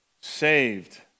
Saved